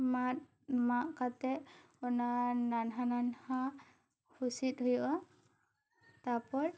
ᱢᱟᱜ ᱢᱟᱜ ᱠᱟᱛᱮᱜ ᱚᱱᱟ ᱱᱟᱱᱦᱟ ᱱᱟᱱᱦᱟ ᱦᱩᱥᱤᱫ ᱦᱩᱭᱩᱜᱼᱟ ᱟᱨ ᱛᱟᱨ ᱯᱚᱨᱮ